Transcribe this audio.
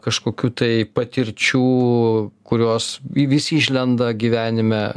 kažkokių tai patirčių kurios vis išlenda gyvenime